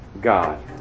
God